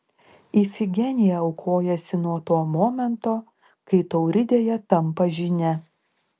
ifigenija aukojasi nuo to momento kai tauridėje tampa žyne